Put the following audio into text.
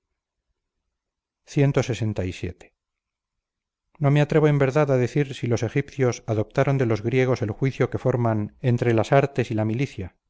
padres clxvii no me atrevo en verdad a decir si los egipcios adoptaron de los griegos el juicio que forman ente las artes y la milicia